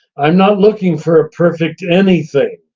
i'm not looking for a perfect anything.